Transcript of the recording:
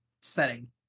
setting